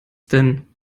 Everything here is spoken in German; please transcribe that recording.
denn